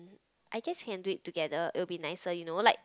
I guess can do it together it will be nicer you know like